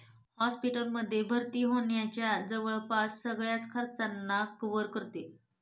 hospital मध्ये भर्ती होण्याच्या जवळपास सगळ्याच खर्चांना कव्हर करते